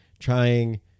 trying